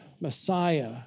Messiah